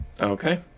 Okay